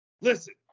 Listen